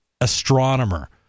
astronomer